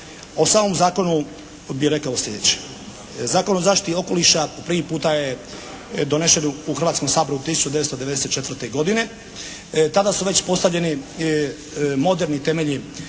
O samom zakonu bih rekao slijedeće. Zakon o zaštiti okoliša prvi puta je donesen u Hrvatskom saboru 1994. godine. Tada su već postavljeni moderni temelji